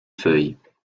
feuilles